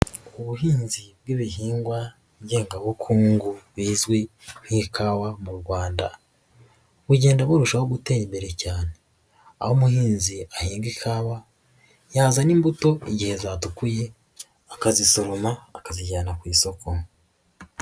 Ubuhinzi bw'ibihingwa ngengabukungu bizwi nk'ikawa mu Rwanda, bugenda burushaho gutera imbere cyane aho umuhinzi ahinga ikawa yazana imbuto igihe zatukuye akazisoroma akazijyana ku isoko.